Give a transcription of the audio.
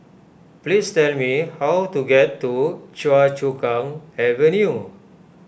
please tell me how to get to Choa Chu Kang Avenue